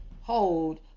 hold